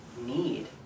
need